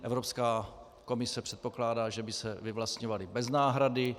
Evropská komise předpokládá, že by se vyvlastňovaly bez náhrady.